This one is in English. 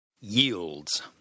Yields